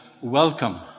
welcome